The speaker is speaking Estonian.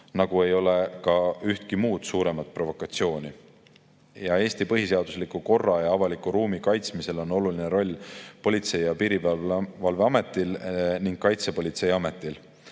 nagu ei ole olnud ka ühtegi muud suuremat provokatsiooni. Eesti põhiseadusliku korra ja avaliku ruumi kaitsmisel on oluline roll Politsei- ja Piirivalveametil ning Kaitsepolitseiametil.